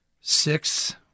Six